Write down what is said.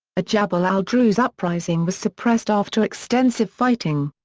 a jabal al-druze uprising was suppressed after extensive fighting.